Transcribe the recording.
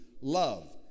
love